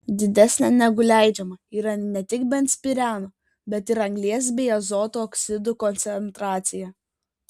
didesnė negu leidžiama yra ne tik benzpireno bet ir anglies bei azoto oksidų koncentracija